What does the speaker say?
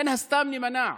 מן הסתם נימנע.